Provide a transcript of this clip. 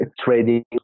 trading